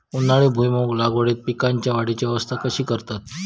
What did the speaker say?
उन्हाळी भुईमूग लागवडीत पीकांच्या वाढीची अवस्था कशी करतत?